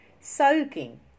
Soaking